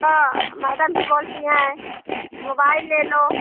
तो मैडम भी बोलती हैं मोबाइल ले लो